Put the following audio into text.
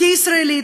כישראלית,